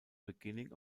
beginning